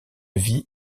vit